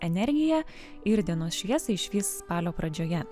energija ir dienos šviesą išvys spalio pradžioje